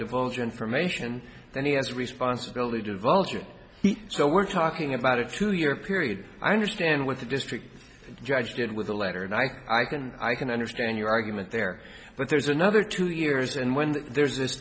divulge information that he has a responsibility divulging he so we're talking about a two year period i understand with the district judge did with the letter and i can i can understand your argument there but there's another two years and when there's this